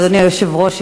ואדוני היושב-ראש,